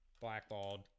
Blackballed